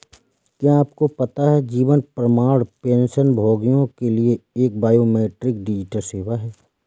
क्या आपको पता है जीवन प्रमाण पेंशनभोगियों के लिए एक बायोमेट्रिक डिजिटल सेवा है?